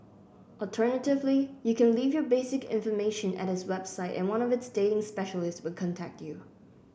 alternatively you can leave your basic information at its website and one of its dating specialists will contact you